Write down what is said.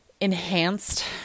enhanced